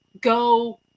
Go